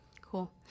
Cool